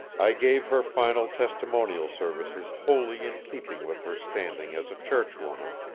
i gave her final testimonial services wholly in keeping with her standing as a church-woman,